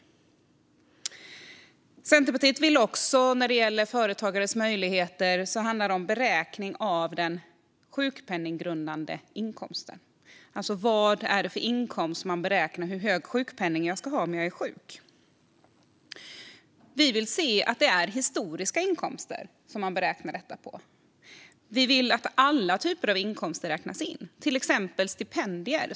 Centerpartiet vill även göra förändringar i fråga om beräkningen av den sjukpenninggrundande inkomsten för företagare. Vad är det för inkomst man beräknar för att komma fram till hur hög sjukpenning man ska ha om man är sjuk? Vi vill se att man beräknar detta utifrån historiska inkomster. Vi vill att alla slags inkomster räknas in, till exempel stipendier.